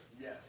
Yes